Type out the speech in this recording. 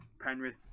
Penrith